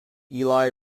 eli